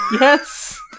Yes